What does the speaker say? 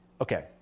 Okay